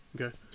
Okay